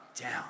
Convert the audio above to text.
down